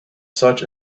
such